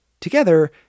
Together